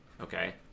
Okay